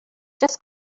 just